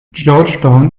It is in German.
georgetown